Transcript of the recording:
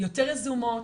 יותר יזומות,